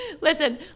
Listen